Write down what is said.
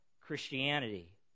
Christianity